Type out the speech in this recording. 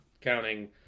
counting